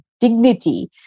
dignity